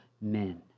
men